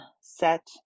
set